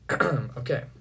Okay